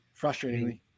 frustratingly